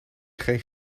geen